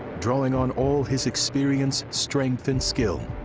drawing on all his experience, strength, and skill,